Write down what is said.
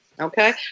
Okay